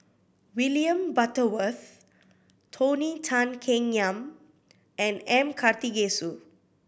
William Butterworth Tony Tan Keng Yam and M Karthigesu